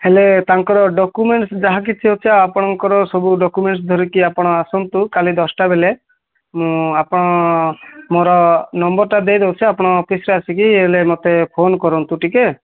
ହେଲେ ତାଙ୍କର ଡକ୍ୟୁମେଣ୍ଟସ୍ ଯାହା କିଛି ଅଛି ଆପଣଙ୍କର ସବୁ ଡକ୍ୟୁମେଣ୍ଟସ୍ ଧରିକି ଆପଣ ଆସନ୍ତୁ କାଲି ଦଶଟା ବେଳେ ମୁଁ ଆପଣ ମୋର ନମ୍ବର୍ଟା ଦେଇଦଉଛି ଆପଣ ଅଫିସ୍ରେ ଆସିକି ବେଲେ ମୋତେ ଫୋନ୍ କରନ୍ତୁ ଟିକେ